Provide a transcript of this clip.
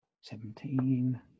seventeen